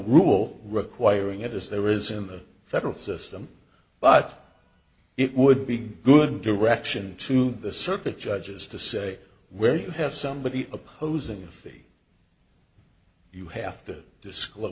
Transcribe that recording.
rule requiring it is there is in the federal system but it would be good direction to the circuit judges to say where you have somebody opposing a fee you have to disclose